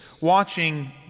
watching